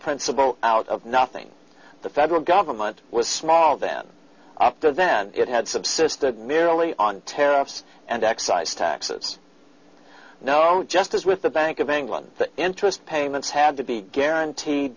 principle out of nothing the federal government was small then after then it had subsisted merely on tariffs and excise taxes no just as with the bank of england interest payments had to be guaranteed